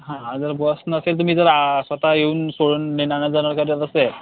हा जर बस नसेल तुम्ही तर स्वत येऊन सोडून नेणार जाणार का जर असेल